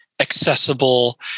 accessible